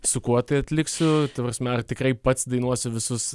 su kuo tai atliksiu ta prasme ar tikrai pats dainuosiu visus